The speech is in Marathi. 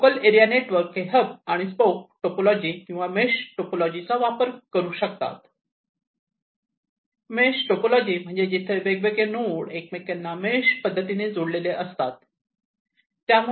लोकल एरिया नेटवर्क हे हब आणि स्पोक टोपोलॉजी किंवा मेश टोपोलॉजी चा वापर करू शकतात मेष टोपोलॉजी म्हणजे जिथे वेगवेगळे नोड एकमेकांना मेष पद्धतीने जोडलेले असतात